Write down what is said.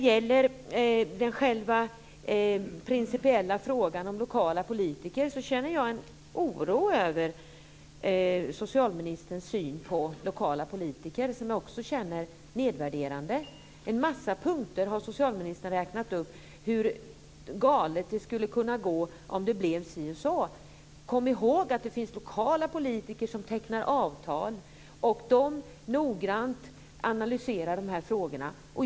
I den principiella frågan om lokala politiker känner jag en oro över socialministerns syn på lokala politiker. Jag känner att den är nedvärderande. Socialministern har räknat upp en mängd punkter över hur galet det skulle kunna gå om det blev si eller så. Kom ihåg att det finns lokala politiker som tecknar avtal. De analyserar de här frågorna noggrant.